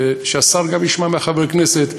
שהשר גם ישמע מחבר הכנסת,